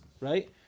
right